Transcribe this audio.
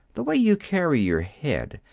the way you carry your head.